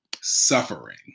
suffering